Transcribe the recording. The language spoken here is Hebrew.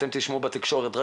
אתם תשמעו בתקשורת רק